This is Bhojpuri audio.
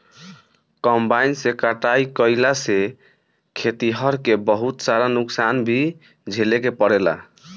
कंबाइन से कटाई कईला से खेतिहर के बहुत सारा नुकसान भी झेले के पड़ेला